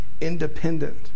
independent